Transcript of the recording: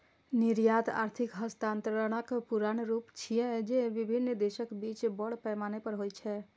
निर्यात आर्थिक हस्तांतरणक पुरान रूप छियै, जे विभिन्न देशक बीच बड़ पैमाना पर होइ छै